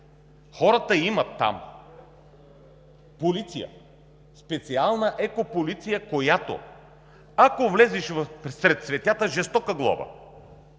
Хората там имат полиция – специална екополиция, която, ако влезеш сред цветята – жестока глоба,